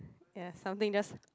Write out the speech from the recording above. ya something just